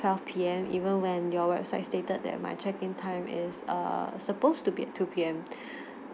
twelve P_M even when your website stated that my check in time is err supposed to be at two P_M